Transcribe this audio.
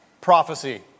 prophecy